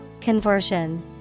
Conversion